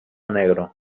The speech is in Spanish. negro